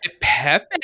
Pepe